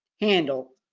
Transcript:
handle